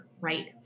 right